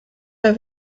der